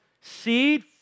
seed